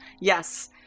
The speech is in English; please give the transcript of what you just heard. Yes